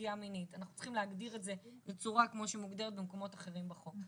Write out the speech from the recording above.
אנחנו צריכים להגדיר את זה בצורה שזה מוגדר במקומות אחרים בחוק.